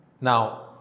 Now